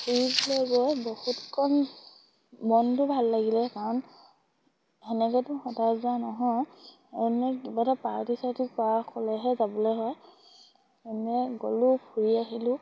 ফুৰিবলৈ গৈ বহুত কম মনটো ভাল লাগিলে কাৰণ সেনেকেতো সদায় যোৱা নহয় এনে কিবা এটা পাৰ্টি চাৰ্টি পোৱাসকলেহে যাবলৈ হয় এনে গ'লো ফুৰি আহিলোঁ